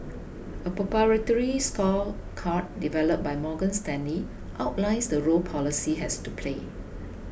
a proprietary score card developed by Morgan Stanley outlines the role policy has to play